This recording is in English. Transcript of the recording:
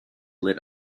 lit